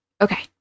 Okay